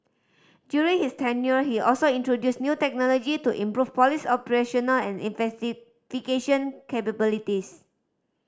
during his tenure he also introduced new technology to improve police operational and investigation capabilities